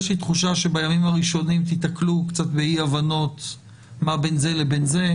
לי תחושה שבימים הראשונים תתקלו קצת באי הבנות מה בין זה לבין זה.